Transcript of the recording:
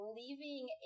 leaving